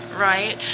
right